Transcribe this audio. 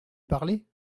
parler